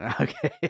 Okay